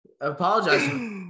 Apologize